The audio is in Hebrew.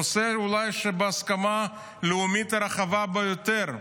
נושא שאולי הוא בהסכמה לאומית רחבה ביותר,